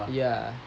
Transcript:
ya